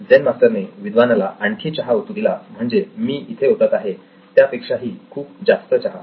Zen master ने विद्वानाला आणखी चहा ओतू दिला म्हणजे मी तिथे ओतत आहे त्यापेक्षाही खूप जास्त चहा